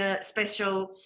special